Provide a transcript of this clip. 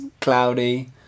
cloudy